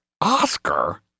Oscar